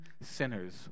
sinners